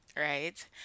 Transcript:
right